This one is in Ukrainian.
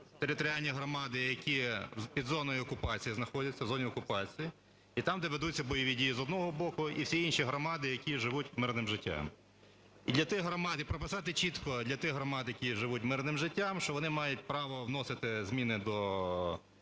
територіальні громади, які під зоною окупації знаходяться, в зоні окупації, і там, де ведуться бойові дії, з одного боку, і всі інші громади, які живуть мирним життям. І для тих громад прописати чітко для тих громад, які живуть мирним життям, що вони мають право вносити зміни до